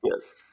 Yes